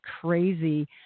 crazy